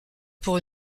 pour